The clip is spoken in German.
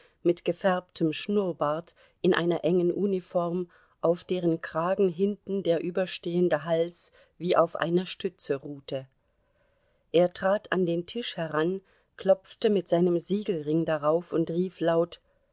mit gefärbtem schnurrbart in einer engen uniform auf deren kragen hinten der überstehende hals wie auf einer stütze ruhte er trat an den tisch heran klopfte mit seinem siegelring darauf und rief laut